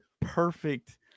perfect